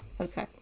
okay